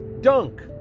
dunk